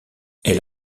elle